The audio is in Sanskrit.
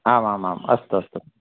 आम् आम् अस्तु